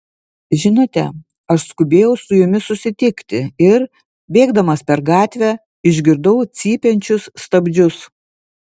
žinote aš skubėjau su jumis susitikti ir bėgdamas per gatvę išgirdau cypiančius stabdžius